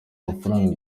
amafaranga